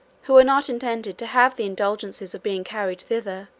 who are not intended to have the indulgences of being carried thither,